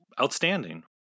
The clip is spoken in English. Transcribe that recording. outstanding